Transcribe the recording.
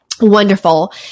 Wonderful